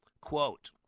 Quote